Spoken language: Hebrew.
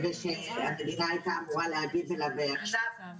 ושמדינה הייתה אמורה להגיב עליו עכשיו.